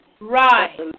Right